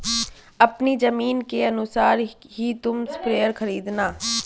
अपनी जमीन के अनुसार ही तुम स्प्रेयर खरीदना